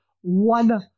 one